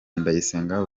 ndayisenga